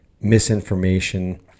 misinformation